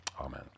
Amen